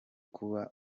kuba